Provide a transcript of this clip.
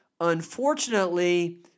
Unfortunately